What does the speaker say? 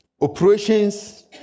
operations